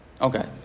Okay